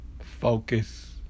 focus